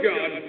God